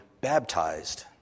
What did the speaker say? baptized